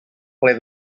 ple